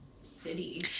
city